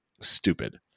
stupid